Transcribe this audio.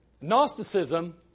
Gnosticism